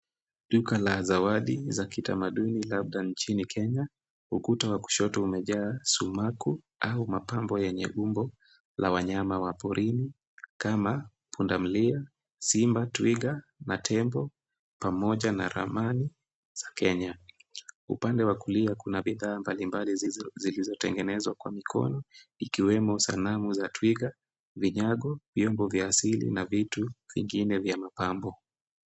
Duka la zawadi za kitamaduni labda nchini kenya. Ukuta wa kushoto umejaa sumaku au mapambo yenye umbo la wanyama wa porini kama pundamilia, simba, twiga na tembo, pamoja na ramani za kenya. Upande wa kulia kina bidhaa mbalimbali zilizotengenezwa kwa mikono ikiwemo sanamu za twiga, vinyago, vyombo vya asili na vitu vingine vya mapambo.